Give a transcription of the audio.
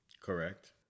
Correct